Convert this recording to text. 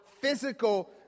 physical